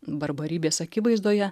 barbarybės akivaizdoje